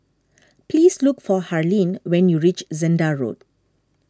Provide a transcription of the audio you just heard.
please look for Harlene when you reach Zehnder Road